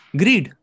greed